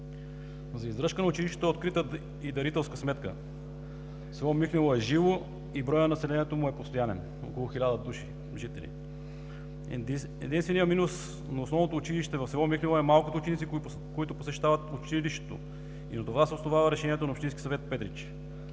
За издръжка на училището е открита и дарителска сметка. Село Михнево е живо и броят на населението му е постоянен – около 1000 души жители. Единственият минус на основното училище в село Михнево е малкото ученици, които посещават училището и на това се основава решението на Общинския съвет – Петрич.